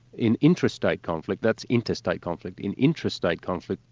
in intrastate conflict that's interstate conflict in intrastate conflict,